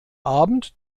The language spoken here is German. abend